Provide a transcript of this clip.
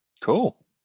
cool